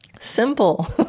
Simple